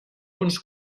uns